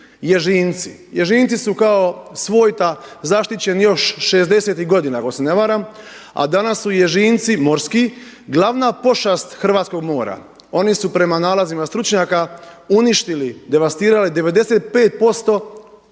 Ježinci. Ježinci su kao svojta zaštićeni još '60.-tih godina ako se ne varam a danas su ježinci morski glavna pošast hrvatskog mora. Oni su prema nalazima stručnjaka uništili, devastirali 95%,